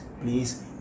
Please